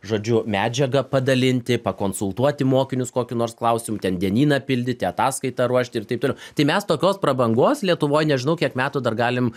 žodžiu medžiagą padalinti pakonsultuoti mokinius kokiu nors klausimu ten dienyną pildyti ataskaitą ruošti ir taip toliau tai mes tokios prabangos lietuvoj nežinau kiek metų dar galim